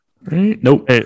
Nope